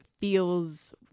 feels